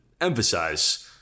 emphasize